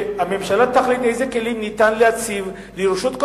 שהממשלה תחליט איזה כלים ניתן להציב לרשות כל